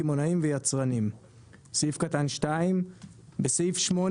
קמעונאים ויצרנים"; 2. בסעיף 8,